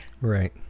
Right